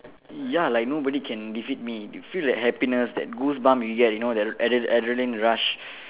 ya like nobody can defeat me you feel like that happiness that goosebump you get you know that adre~ adrenaline rush